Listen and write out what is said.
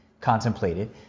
contemplated